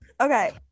Okay